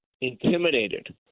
intimidated